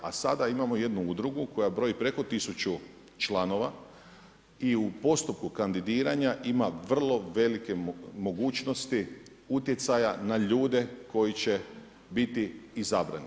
A sada imamo jednu udrugu koja broji preko tisuću članova i u postupku kandidiranja ima vrlo velike mogućnosti utjecaja na ljude koji će biti izabrani.